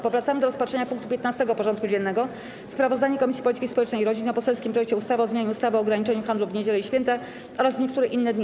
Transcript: Powracamy do rozpatrzenia punktu 15. porządku dziennego: Sprawozdanie Komisji Polityki Społecznej i Rodziny o poselskim projekcie ustawy o zmianie ustawy o ograniczeniu handlu w niedziele i święta oraz w niektóre inne dni.